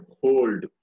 hold